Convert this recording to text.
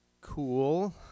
cool